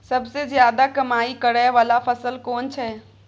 सबसे ज्यादा कमाई करै वाला फसल कोन छै?